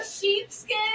sheepskin